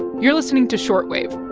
you're listening to short wave